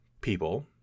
people